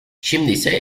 şimdiyse